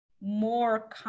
more